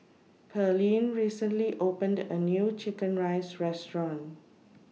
Pearlene recently opened A New Chicken Rice Restaurant